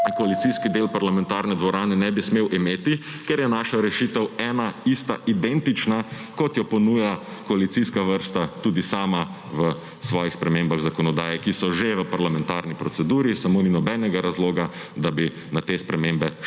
koalicijski del parlamentarne dvorane ne bi smel imeti, ker je naša rešitev ena, ista, identična, kot jo ponuja koalicijska vrsta tudi sama v svojih spremembah zakonodaje, ki so že v parlamentarni proceduri. Samo ni nobenega razloga, da bi na te spremembe